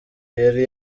yari